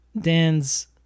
Dan's